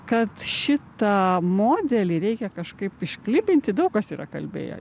kad šitą modelį reikia kažkaip išklibinti daug kas yra kalbėję